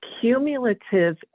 cumulative